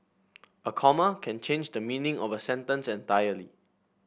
a comma can change the meaning of a sentence entirely